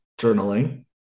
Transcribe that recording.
journaling